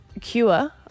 cure